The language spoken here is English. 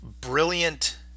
brilliant